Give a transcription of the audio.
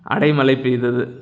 அடைமழை பெய்தது